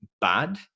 bad